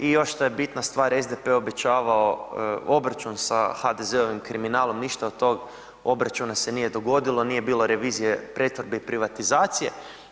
I još šta je bitna stvar, SDP je obećavao obračun sa HDZ-ovim kriminalom, ništa od tog obračuna se nije dogodilo, nije bila revizija pretvorbi i privatizacije.